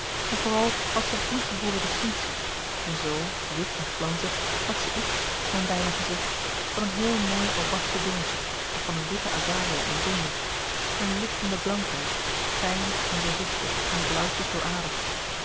en vooral had zij een ingeboren distinctie en zoo wit en glanzig had zij iets had men bijna gezegd van een heel mooi albasten dingetje of van een witte azalea in zonlicht een lichtende blankheid fijn en doorzichtig en blauwtjes